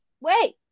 Wait